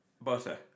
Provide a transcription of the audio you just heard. Butter